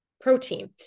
protein